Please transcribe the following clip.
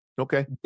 Okay